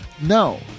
No